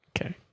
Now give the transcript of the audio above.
Okay